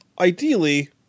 ideally